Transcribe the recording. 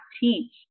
teach